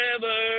forever